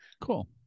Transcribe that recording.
Cool